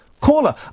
Caller